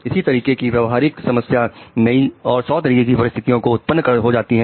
इसी तरीके की व्यावहारिक समस्याएं कई और सौ तरह की परिस्थितियों में उत्पन्न हो जाती है